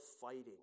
fighting